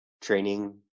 training